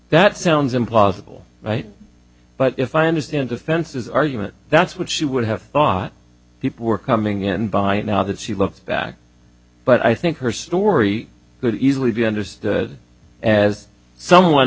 that sounds implausible right but if i understand defense's argument that's what she would have thought people were coming in by now that she looks back but i think her story could easily be understood as someone